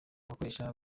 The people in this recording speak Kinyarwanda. abakoresha